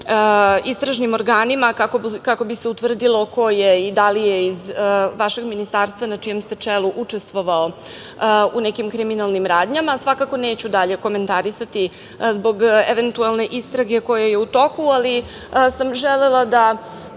istražnim organima kako bi se utvrdilo i da li je iz vašeg ministarstva na čijem ste čelu učestvovao u nekim kriminalnim radnjama. Svakako neću dalje komentarisati zbog eventualne istrage koja je u toku, ali sam želela da